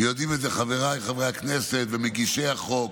ויודעים את זה חבריי חברי הכנסת ומגישי החוק,